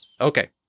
Okay